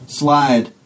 slide